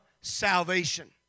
salvation